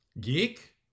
Geek